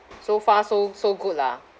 so far so so good lah